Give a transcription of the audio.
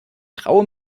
traue